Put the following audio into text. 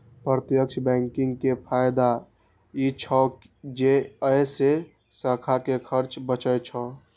प्रत्यक्ष बैंकिंग के फायदा ई छै जे अय से शाखा के खर्च बचै छै